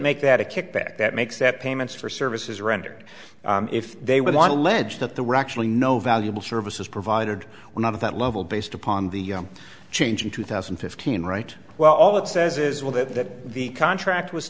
make that a kickback that makes that payments for services rendered if they would want a ledge that they were actually no valuable services provided we're not at that level based upon the change in two thousand and fifteen right well all it says is well that the contract was